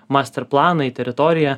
master planą į teritoriją